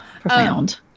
Profound